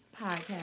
podcast